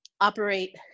operate